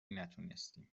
نتونستیم